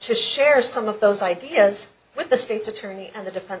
to share some of those ideas with the state's attorney and the defense